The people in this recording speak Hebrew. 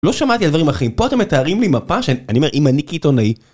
לא שמעתי דברים אחרים, פה אתם מתארים לי מפה שאני מראה אם אני כעיתונאי